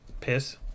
Piss